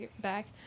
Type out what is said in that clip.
back